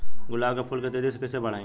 गुलाब के फूल के तेजी से कइसे बढ़ाई?